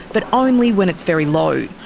but only when it's very low.